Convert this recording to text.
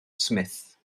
smith